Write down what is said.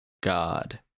god